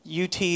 UT